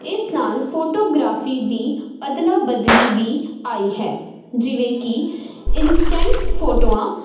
ਇਸ ਨਾਲ ਫੋਟੋਗ੍ਰਾਫੀ ਦੀ ਅਦਲਾ ਬਦਲੀ ਵੀ ਆਈ ਹੈ ਜਿਵੇਂ ਕਿ ਇੰਸਟੈਂਟ ਫੋਟੋਆਂ